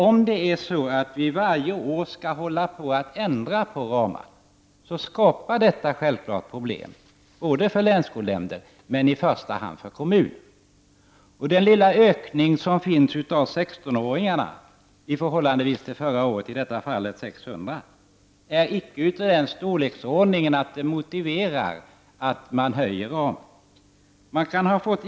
Om det är så att vi varje år skall ändra på ramarna, skapar detta självfallet problem, för länsskolnämnden men i första hand för kommunen. Den lilla ökning som finns av 16-åringar i Sverige till förra året, i detta fall 600, är icke av den storleksordning att det motiverar att man höjer ramen.